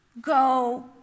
go